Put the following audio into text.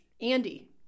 Andy